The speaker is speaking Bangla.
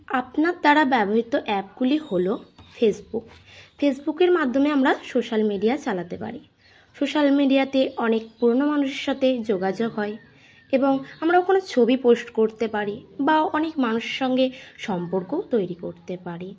আপনার দ্বারা ব্যবহৃত অ্যাপগুলি হলো ফেসবুক ফেসবুকের মাধ্যমে আমরা সোশ্যাল মিডিয়া চালাতে পারি সোশ্যাল মিডিয়াতে অনেক পুরোনো মানুষের সাথে যোগাযোগ হয় এবং আমরাও কোনো ছবি পোস্ট করতে পারি বা ও অনেক মানুষের সঙ্গে সম্পর্কও তৈরি করতে পারি